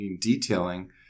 detailing